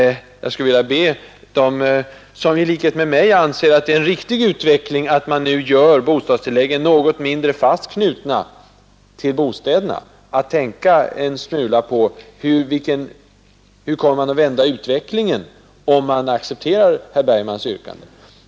Jag vill därför be dem, som i likhet med mig anser att det är en riktig utveckling att göra bostadstilläggen något mindre fast knutna till bostäderna, att tänka på hur utvecklingen kommer att vändas om herr Bergmans yrkande accepeteras.